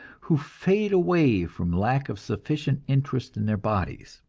who fade away from lack of sufficient interest in their bodies.